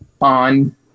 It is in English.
on